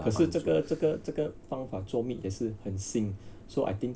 可是这个这个这个方法做 meat 也是很新 so I think